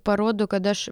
parodo kad aš